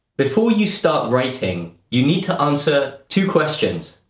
before you start writing, you need to answer two questions.